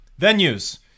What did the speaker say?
Venues